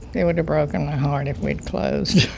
it would've broken my heart if we'd closed